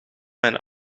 mijn